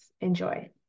Enjoy